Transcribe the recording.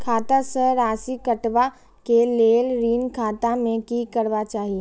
खाता स राशि कटवा कै लेल ऋण खाता में की करवा चाही?